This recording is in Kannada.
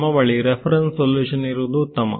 ನಮ್ಮ ಬಳಿ ರೆಫರೆನ್ಸ್ ಸೊಲ್ಯೂಷನ್ ಇರುವುದು ಉತ್ತಮ